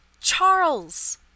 Charles